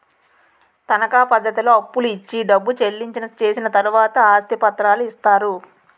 తనకా పద్ధతిలో అప్పులు ఇచ్చి డబ్బు చెల్లించి చేసిన తర్వాతే ఆస్తి పత్రాలు ఇస్తారు